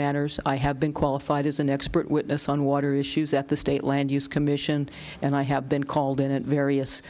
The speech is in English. matters i have been qualified as an expert witness on water issues at the state land use commission and i have been called in various